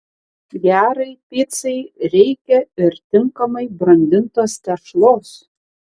gerai picai reikia ir tinkamai brandintos tešlos